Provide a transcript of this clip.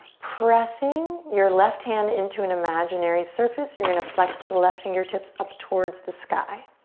pressing your left hand into an imaginary surface. you're gonna flex the left fingertips up towards the sky.